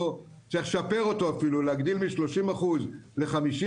צריך לשפר אותו אפילו ולהגדיל מ-30% ל-50%,